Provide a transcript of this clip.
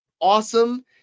awesome